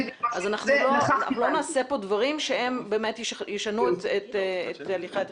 אז אנחנו לא נעשה פה דברים שישנו את הליכי התכנון.